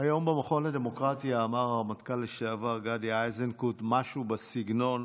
היום במכון הדמוקרטי אמר הרמטכ"ל לשעבר גדי איזנקוט משהו בסגנון: